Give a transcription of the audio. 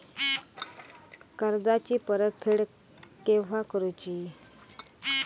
कर्जाची परत फेड केव्हा करुची?